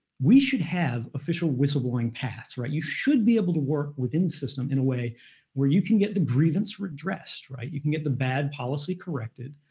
we should have official whistleblowing paths, right? you should be able to work within the system in a way where you can get the grievance redressed, right? you can get the bad policy corrected.